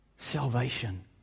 Salvation